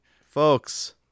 folks